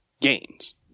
gains